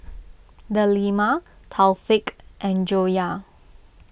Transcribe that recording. Delima Taufik and Joyah